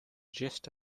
gist